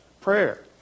prayer